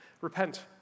Repent